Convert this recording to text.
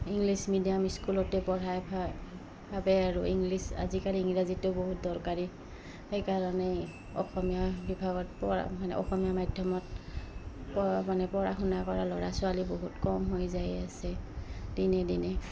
English medium স্কুলতে পঢ়াই ভ ভাবে আৰু ইংলিছ আজিকালি ইংৰাজীটো বহুত দৰকাৰী সেইকাৰণেই অসমীয়া বিভাগত পঢ়া অসমীয়া মাধ্যমত প মানে পঢ়া শুনা কৰা ল'ৰা ছোৱালী বহুত কম হৈ যায় আছে দিনে দিনে